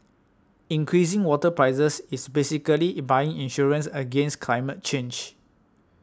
increasing water prices is basically buying insurance against climate change